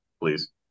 please